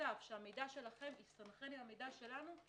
משותף שהמידע שלכם יסתנכרן עם המידע שלנו,